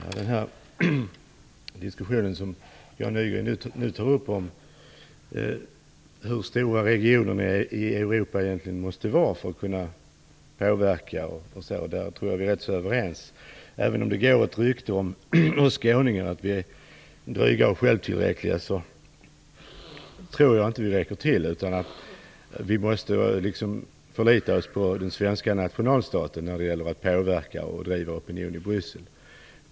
Fru talman! I den diskussion Jan Nygren nu tar upp om hur stora regionerna i Europa egentligen måste vara för att kunna påverka tror jag att vi är rätt överens. Även om det går ett rykte om att vi skåningar är dryga och självtillräckliga, så tror jag inte att vi räcker till. Vi måste förlita oss på den svenska nationalstaten när det gäller att påverka och driva opinionen i Bryssel.